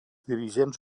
dirigents